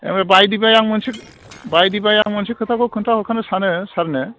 बायदिबाय आं मोनसे बायदिबाय आं मोनसे खोथाखौ खोनथाहरखानो सानो सारनो